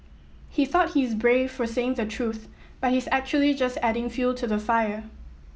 he thought he's brave for saying the truth but he's actually just adding fuel to the fire